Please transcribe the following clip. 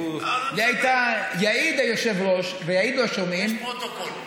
יעיד היושב ויעידו השומעים, יש פרוטוקול.